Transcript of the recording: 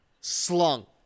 slung